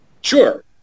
Sure